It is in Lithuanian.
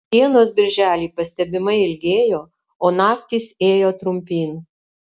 dienos birželį pastebimai ilgėjo o naktys ėjo trumpyn